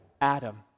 adam